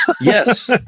Yes